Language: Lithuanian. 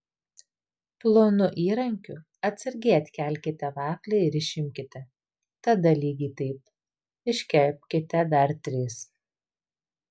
plonu įrankiu atsargiai atkelkite vaflį ir išimkite tada lygiai taip iškepkite dar tris